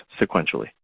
sequentially